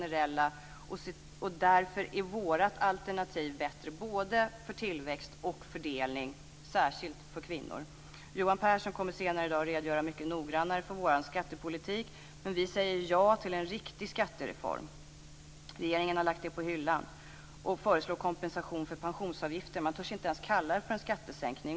Därför är vårt alternativ bättre både för tillväxt och för fördelning, särskilt för kvinnor. Johan Pehrson kommer senare i dag att redogöra mycket noggrannare för vår skattepolitik. Regeringen har lagt det på hyllan och föreslår en kompensation för pensionsavgifter. Man törs inte ens kalla det för en skattesänkning.